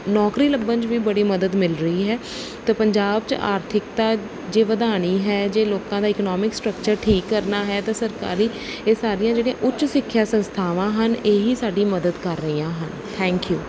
ਨੌਕਰੀ ਲੱਭਣ 'ਚ ਵੀ ਬੜੀ ਮਦਦ ਮਿਲ ਰਹੀ ਹੈ ਅਤੇ ਪੰਜਾਬ 'ਚ ਆਰਥਿਕਤਾ ਜੇ ਵਧਾਉਣੀ ਹੈ ਜੇ ਲੋਕਾਂ ਦਾ ਇਕਨੋਮਿਕ ਸਟਰਕਚਰ ਠੀਕ ਕਰਨਾ ਹੈ ਤਾਂ ਸਰਕਾਰੀ ਇਹ ਸਾਰੀਆਂ ਜਿਹੜੀਆਂ ਉੱਚ ਸਿੱਖਿਆ ਸੰਸਥਾਵਾਂ ਹਨ ਇਹੀ ਸਾਡੀ ਮਦਦ ਕਰ ਰਹੀਆਂ ਹਨ ਥੈਂਕ ਯੂ